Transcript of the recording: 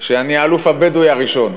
שאני האלוף הבדואי הראשון.